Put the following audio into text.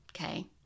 Okay